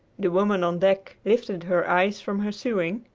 the woman on deck lifted her eyes from her sewing,